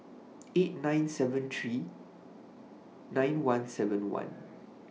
eight nine seven three nine one seven one